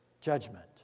judgment